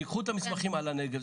תקחו את המסמכים על הנגב,